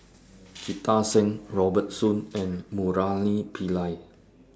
Jita Singh Robert Soon and Murali Pillai